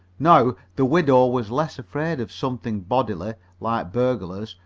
now, the widow was less afraid of something bodily, like burglars,